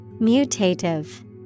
Mutative